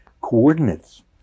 coordinates